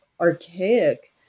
archaic